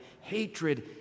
hatred